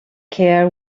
care